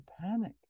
panic